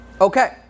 Okay